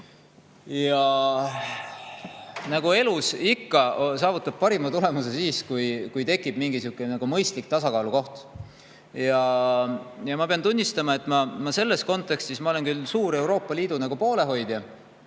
Nagu elus ikka saavutab parima tulemuse siis, kui tekib mingi mõistlik tasakaalukoht. Ja ma pean tunnistama, et selles kontekstis – ma olen küll suur Euroopa Liidu poolehoidja